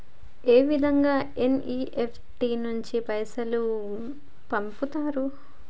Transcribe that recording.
ఏ విధంగా ఎన్.ఇ.ఎఫ్.టి నుండి పైసలు పంపుతరు?